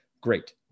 Great